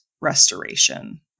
restoration